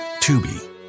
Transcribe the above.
Tubi